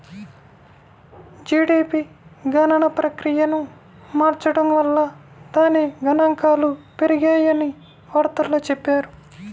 GDP గణన ప్రక్రియను మార్చడం వల్ల దాని గణాంకాలు పెరిగాయని వార్తల్లో చెప్పారు